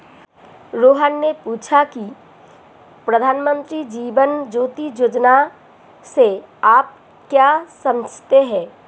रोहन ने पूछा की प्रधानमंत्री जीवन ज्योति बीमा योजना से आप क्या समझते हैं?